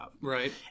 Right